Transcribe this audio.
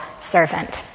servant